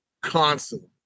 constantly